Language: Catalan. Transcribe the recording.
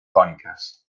còniques